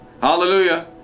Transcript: Hallelujah